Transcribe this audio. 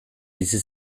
bizi